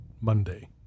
Monday